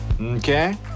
Okay